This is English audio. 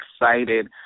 excited